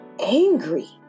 angry